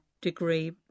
degree